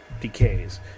decays